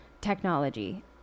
technology